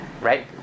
right